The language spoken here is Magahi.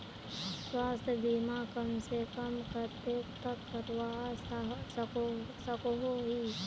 स्वास्थ्य बीमा कम से कम कतेक तक करवा सकोहो ही?